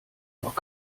noch